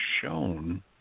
shown